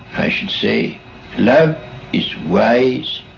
i should say love is wise,